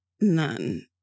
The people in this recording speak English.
None